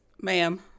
ma'am